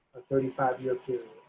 thirty five year period.